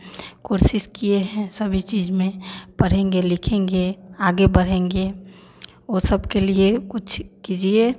courses किए हैं सभी चीज में पढ़ेंगे लिखेंगे आगे बढ़ेंगे वे सबके लिए कुछ कीजिए